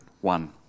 one